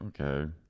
okay